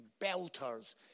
belters